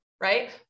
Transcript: right